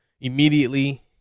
immediately